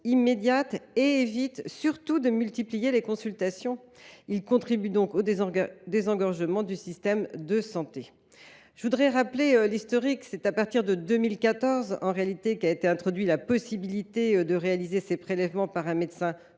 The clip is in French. immédiates et évitent surtout de multiplier les consultations. Ils contribuent donc au désengorgement du système de santé. Je voudrais rappeler l’historique : c’est à partir de 2014 qu’a été introduite la possibilité de confier la réalisation de ces prélèvements à un médecin